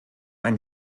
ein